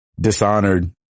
Dishonored